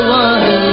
one